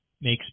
makes